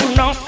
no